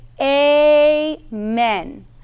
amen